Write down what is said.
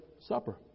supper